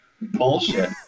bullshit